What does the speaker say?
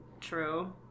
true